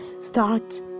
start